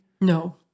No